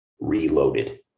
reloaded